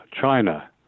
China